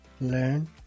learn